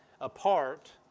apart